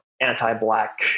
anti-black